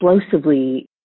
explosively